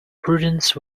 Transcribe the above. prudence